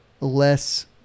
less